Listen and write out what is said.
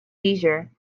leisure